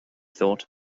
thought